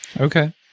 Okay